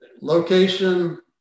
location